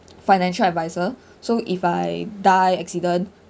financial advisor so if I die accident